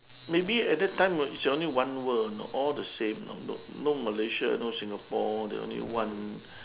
maybe at that time is only one world you know all the same no no malaysia no singapore they only one